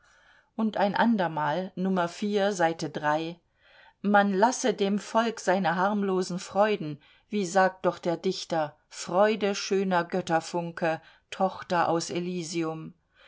und ein andermal man lasse dem volk seine harmlosen freuden wie sagt doch der dichter freude schöner götterfunke tochter aus elysium